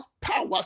power